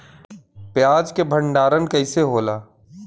प्याज के भंडारन कइसे होला?